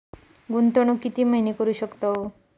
गुंतवणूक किती महिने करू शकतव?